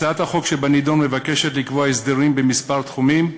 הצעת החוק שבנדון מבקשת לקבוע הסדרים במספר תחומים,